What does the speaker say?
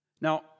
Now